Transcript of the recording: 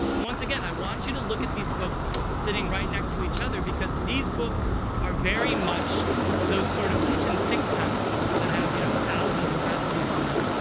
and once again, i want you to look at these books sitting right next to each other, because these books are very much those sort of kitchen sink time books that have you know thousands of recipes in them.